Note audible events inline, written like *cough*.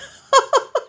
*laughs*